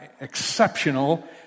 exceptional